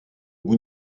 bout